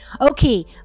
Okay